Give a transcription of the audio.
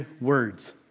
words